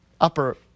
upper